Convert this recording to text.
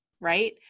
right